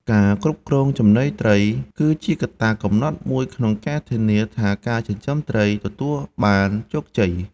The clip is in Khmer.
ការគ្រប់គ្រង ចំណីត្រី គឺជាកត្តាកំណត់មួយក្នុងការធានាថាការចិញ្ចឹមត្រីទទួលបានជោគជ័យ។